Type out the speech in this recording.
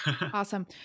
Awesome